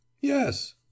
yes